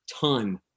ton